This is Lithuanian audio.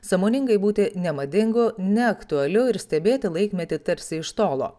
sąmoningai būti nemadingu neaktualiu ir stebėti laikmetį tarsi iš tolo